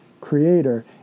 creator